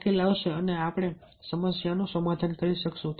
ઉકેલ આવશે અને આપણે સમસ્યાનું સમાધાન કરી શકીશું